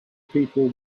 people